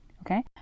Okay